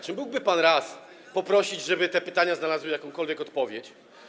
Czy mógłby pan raz poprosić, żeby te pytania znalazły jakąkolwiek odpowiedź?